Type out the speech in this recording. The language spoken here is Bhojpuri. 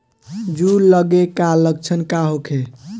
जूं लगे के का लक्षण का होखे?